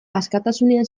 askatasunean